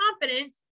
confident